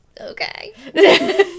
Okay